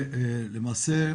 למעשה,